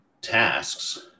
tasks